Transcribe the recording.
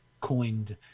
coined